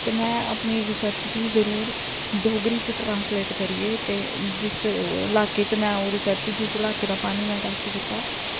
ते में अपनी रिसर्च गी जरूर डोगरी च ट्रांसलेट करियै ते जिस लाके च में ओह् रिसर्च जिस लाके दा पानी में टेस्ट कीता